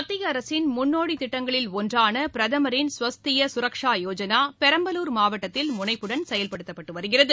மத்தியஅரசின் முன்னோடிதிட்டங்களில் ஒன்றானபிரதமாின் ஸ்வத்தியசுரக்ஷா யோஜனாபெரம்பலூர் மாவட்டத்தில் முனைப்புடன் செயல்படுத்தப்பட்டுவருகிறது